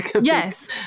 yes